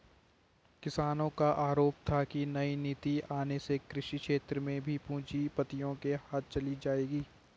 किसानो का आरोप था की नई नीति आने से कृषि क्षेत्र भी पूँजीपतियो के हाथ चली जाएगी